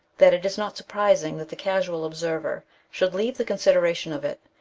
that it is not surprising that the casual observer should leave the consideration of it,